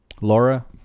Laura